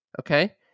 Okay